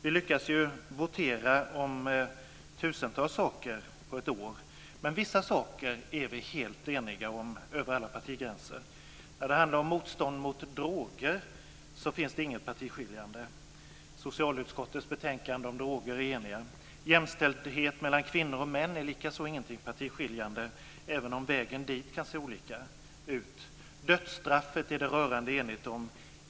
Vi lyckas ju votera om tusentals saker på ett år. Men vissa saker är vi helt eniga om över alla partigränser. När det handlar om motstånd mot droger finns det inget partiskiljande. Socialutskottets betänkanden om droger är eniga. Jämställdhet mellan kvinnor och män är inte heller något partiskiljande, även om vägen dit kan se olika ut. Dödsstraffet är det rörande enighet om.